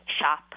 shop